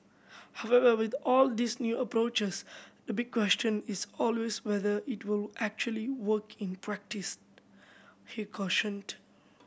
however with all these new approaches the big question is always whether it will actually work in practice he cautioned